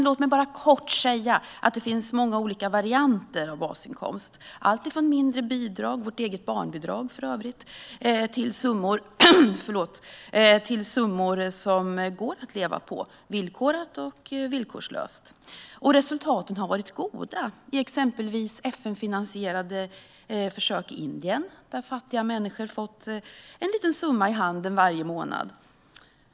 Låt mig bara kort säga att det finns många olika varianter av basinkomst, alltifrån mindre bidrag - vårt eget barnbidrag till exempel - till summor som det går att leva på, villkorat eller villkorslöst. Resultaten har varit goda, till exempel i FN-finansierade försök i Indien där fattiga människor fått en liten summa i handen varje månad.